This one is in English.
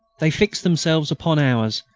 they fixed themselves upon ours,